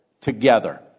together